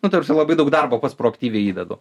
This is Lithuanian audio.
nu ta prasme labai daug darbo pats proaktyviai įdedu